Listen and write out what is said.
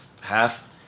half